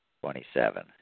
Twenty-seven